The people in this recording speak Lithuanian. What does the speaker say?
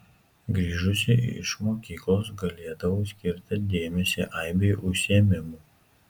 grįžusi iš mokyklos galėdavau skirti dėmesį aibei užsiėmimų